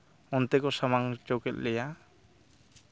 ᱚᱱᱛᱮ ᱠᱚ ᱥᱟᱢᱟᱝ ᱦᱚᱪᱚ ᱠᱮᱫ ᱞᱮᱭᱟ